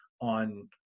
on